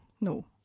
no